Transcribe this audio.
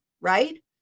right